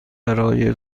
برای